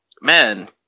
man